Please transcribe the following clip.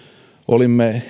olimme